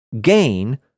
gain